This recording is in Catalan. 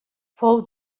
fou